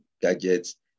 gadgets